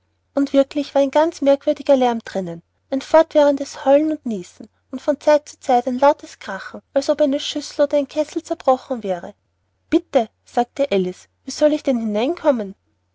und wirklich war ein ganz merkwürdiger lärm drinnen ein fortwährendes heulen und niesen und von zeit zu zeit ein lautes krachen als ob eine schüssel oder ein kessel zerbrochen wäre bitte sagte alice wie soll ich denn hineinkommen